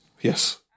yes